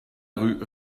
rue